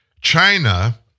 China